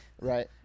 right